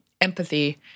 empathy